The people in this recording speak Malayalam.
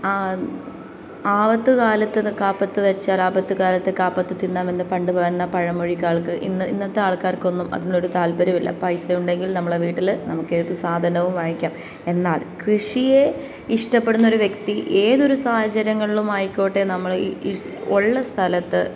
ആ ആ വത്ത് കാലത്ത് കാ പത്ത് വെച്ചാൽ ആപത്ത് കാലത്ത് കാ പത്ത് തിന്നാം എന്ന് പണ്ട് പറയുന്ന പഴമൊഴി ക്കാൾക്ക് ഇന്ന് ഇന്നത്തെ ആൾക്കാർക്കൊന്നും അതിനുള്ളൊരു താല്പര്യമില്ല പൈസ ഉണ്ടെങ്കിൽ നമ്മളെ വീട്ടിൽ നമുക്ക് ഏത് സാധനവും വാങ്ങിക്കാം എന്നാൽ കൃഷിയെ ഇഷ്ടപ്പെടുന്ന ഒരു വ്യക്തി ഏതൊരു സാഹചര്യങ്ങളിലും ആയിക്കോട്ടെ നമ്മൾ ഉള്ള സ്ഥലത്ത്